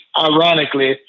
ironically